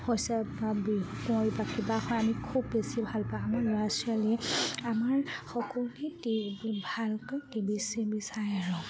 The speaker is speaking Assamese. হৈছে বা বিহু কুঁৱৰী বা কিবা হয় আমি খুব বেছি ভাল পাওঁ আমাৰ ল'ৰা ছোৱালীয়ে আমাৰ সকলোৱে ভালকৈ টি ভি চি ভি চায় আৰু